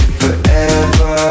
forever